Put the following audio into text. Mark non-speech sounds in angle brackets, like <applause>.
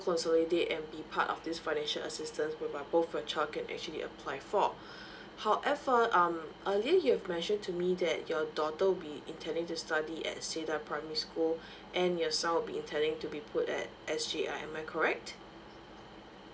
consolidate and be part of this financial assistance whereby both your child can actually apply for <breath> however um earlier you have mentioned to me that your daughter will be intending to study at cedar primary school and your son will be intending to be put at S_J_I am I correct